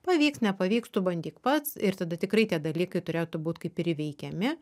pavyks nepavyks tu bandyk pats ir tada tikrai tie dalykai turėtų būt kaip ir įveikiami